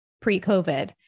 pre-COVID